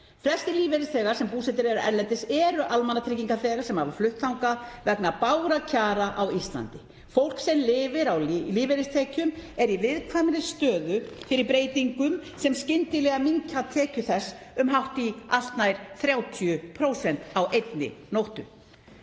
Flestir lífeyrisþegar sem búsettir eru erlendis eru almannatryggingaþegar sem hafa flutt þangað vegna bágra kjara á Íslandi. Fólk sem lifir á lífeyristekjum er í viðkvæmri stöðu fyrir breytingum sem minnka skyndilega tekjur þess um hátt í 30% á einni nóttu.